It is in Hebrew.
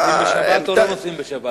הם נוסעים בשבת או לא נוסעים בשבת?